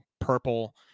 purple